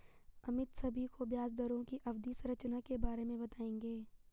अमित सभी को ब्याज दरों की अवधि संरचना के बारे में बताएंगे